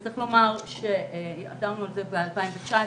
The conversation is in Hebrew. שעתרנו על זה ב-2019,